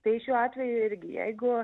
tai šiuo atveju irgi jeigu